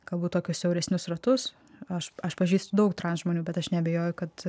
galbūt tokius siauresnius ratus aš aš pažįstu daug žmonių bet aš neabejoju kad